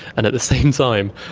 and at the same time,